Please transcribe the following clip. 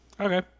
Okay